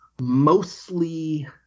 mostly